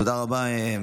תודה רבה.